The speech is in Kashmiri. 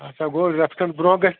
اچھا گوٚو رٮ۪تھ کھٔنٛڈ برٛونٛہہ گژھِ